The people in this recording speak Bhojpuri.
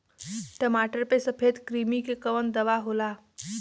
टमाटर पे सफेद क्रीमी के कवन दवा होला?